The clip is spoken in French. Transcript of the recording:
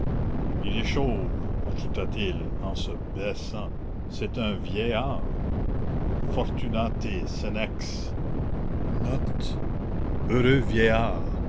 il est chauve ajouta-t-il en se baissant c'est un vieillard fortunate